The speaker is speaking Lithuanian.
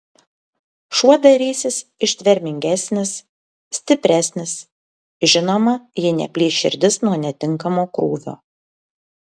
šuo darysis ištvermingesnis stipresnis žinoma jei neplyš širdis nuo netinkamo krūvio